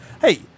Hey